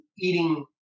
eating